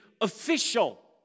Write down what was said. official